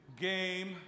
game